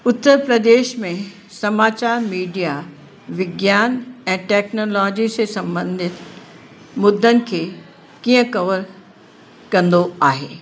उत्तर प्रदेश में समाचार मीडिया विज्ञान ऐं टेक्नोलॉजी से संबंधित मुद्दनि खे कीअं कवर कंदो आहे